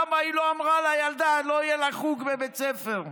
למה היא לא אמרה לילדה שלא יהיה לה חוג בבית הספר.